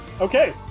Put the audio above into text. Okay